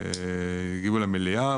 הגיעו למליאה,